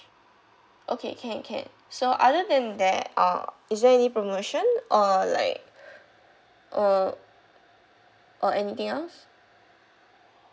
okay can can so other than that uh is there any promotion or like uh or anything else